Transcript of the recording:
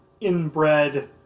inbred